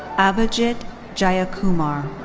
abhijit jayakumar.